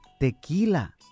tequila